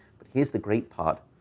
but here's the great part.